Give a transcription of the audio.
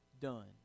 done